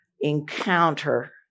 encounter